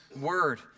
word